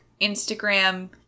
Instagram